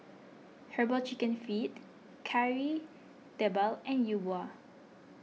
Herbal Chicken Feet Kari Debal and Yi Bua